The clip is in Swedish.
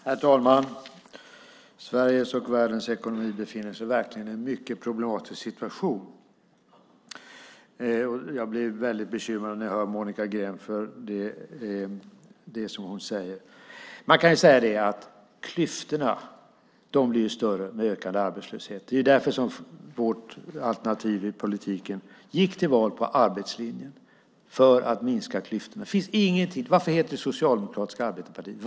Herr talman! Sveriges och världens ekonomi befinner sig verkligen i en mycket problematisk situation. Jag blir väldigt bekymrad när jag hör Monica Green. Klyftorna blir större med ökad arbetslöshet. Det var därför som vårt alternativ i politiken gick till val på arbetslinjen, för att minska klyftorna. Varför heter det socialdemokratiska arbetarepartiet?